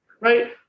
right